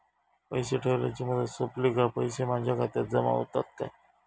पैसे ठेवल्याची मुदत सोपली काय पैसे माझ्या खात्यात जमा होतात काय?